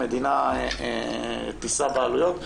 המדינה תישא בעלויות,